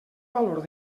valor